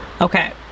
Okay